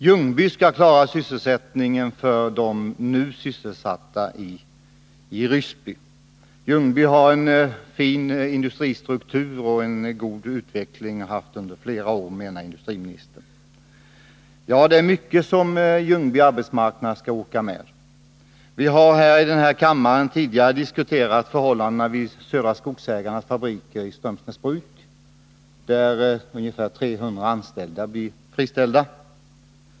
Ljungby skall klara sysselsättningen för dem som nu arbetar i Ryssby. Ljungby har en fin industristruktur och har haft en god utveckling under flera år, menar industriministern. Ja, det är mycket som arbetsmarknaden i Ljungby skall orka med. Vi har här i kammaren tidigare diskuterat förhållandena vid Södra Skogsägarnas fabrik i Strömsnäsbruk, där ungefär 300 anställda har friställts.